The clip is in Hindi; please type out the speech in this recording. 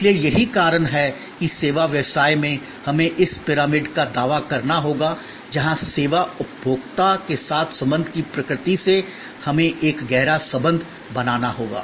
इसलिए यही कारण है कि सेवा व्यवसाय में हमें इस पिरामिड का दावा करना होगा जहां सेवा उपभोक्ता के साथ संबंध की प्रकृति से हमें एक गहरा संबंध बनाना होगा